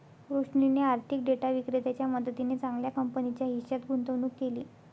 रोशनीने आर्थिक डेटा विक्रेत्याच्या मदतीने चांगल्या कंपनीच्या हिश्श्यात गुंतवणूक केली